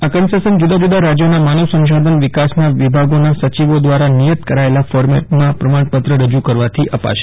આ કન્સેસન જુદાજુદા રાજયોના માનવસંશાધન વિકાસના વિભાગોના સચિવો દ્વારા નિયત કરાયેલા ફોર્મેટમાં પ્રમાણપત્ર રજૂ કરવાથી અપાશે